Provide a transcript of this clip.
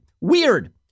Weird